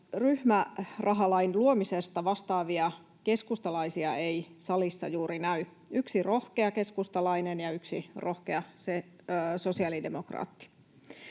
ryhmärahalain luomisesta vastaavia keskustalaisia ei salissa juuri näy — yksi rohkea keskustalainen ja yksi rohkea sosiaalidemokraatti.